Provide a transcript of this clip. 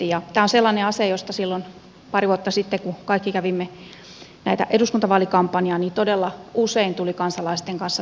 tämä on sellainen asia ja toive joka silloin pari vuotta sitten kun kaikki kävimme eduskuntavaalikampanjaa todella usein tuli kansalaisten kanssa keskusteluun